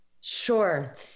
Sure